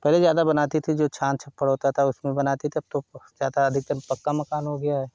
पहले ज्यादा बनाती थी जो छान छप्पर होता था उसमें बनाती तब तो बहुत ज्यादा अधिकतर पक्का मकान हो गया